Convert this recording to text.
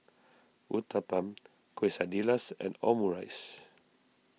Uthapam Quesadillas and Omurice